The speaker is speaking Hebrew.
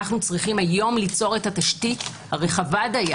אנו צריכים היום ליצור את התשתית הרחבה דיה